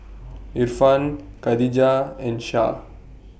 Irfan Khadija and Syah